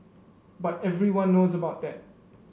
but everyone knows about that